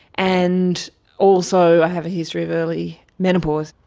and also i have a history of early menopause.